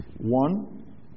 one